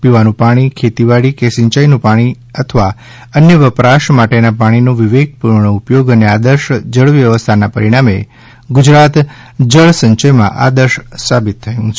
પીવાનું પાણી ખેતીવાડી કે સિંચાઈનું પાણી અથવા અન્ય વપરાશ માટેનાં પાણીનો વિવેકપૂર્ણ ઉપયોગ અને આદર્શ જળવ્યવસ્થાનનાં પરિણામે ગુજરાત જળ સંચયમાં આદર્શ સાબિત થયું છે